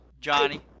Johnny